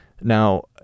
now